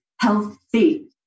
healthy